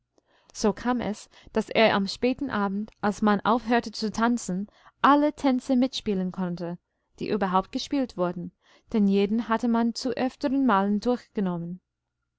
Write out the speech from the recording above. so kam es daß er am späten abend als man aufhörte zu tanzen alle tänze mitspielen konnte die überhaupt gespielt wurden denn jeden hatte man zu öfteren malen durchgenommen